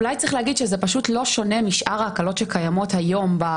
אולי צריך להגיד שזה פשוט לא שונה משאר ההקלות שקיימות היום.